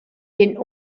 den